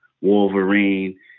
Wolverine